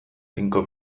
tinko